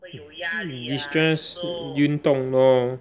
distress 运动 lor